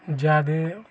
ज्यादे